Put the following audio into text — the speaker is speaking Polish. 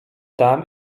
tam